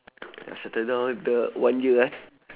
settle down later one year ah